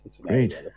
Great